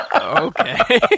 Okay